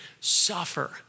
suffer